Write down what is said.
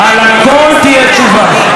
על הכול תהיה תשובה.